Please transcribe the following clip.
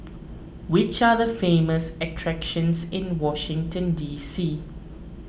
which are the famous attractions in Washington D C